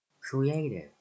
Creative